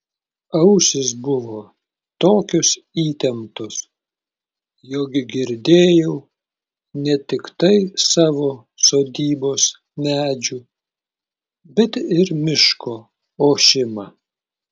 ausys buvo tokios įtemptos jog girdėjau ne tiktai savo sodybos medžių bet ir miško ošimą